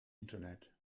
internet